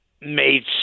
made